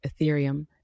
Ethereum